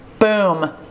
Boom